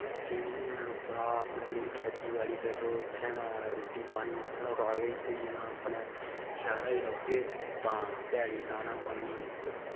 खर्चे निं हैन उप्परा अपने जेह्ड़ी खेती बाड़ी करो उत्थै दा रुट्टी पानी उत्थै दा सारा किश थ्होई जाना अपने शैह्रै च रौह्गे तां ध्याड़ी लाना पौनी ते